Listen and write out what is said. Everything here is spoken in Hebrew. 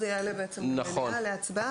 אז זה יעלה בעצם במליאה להצבעה.